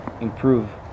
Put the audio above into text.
improve